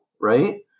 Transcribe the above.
right